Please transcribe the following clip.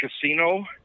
casino